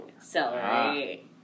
celery